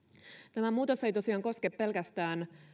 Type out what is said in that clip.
tämä muutos ei tosiaan koske pelkästään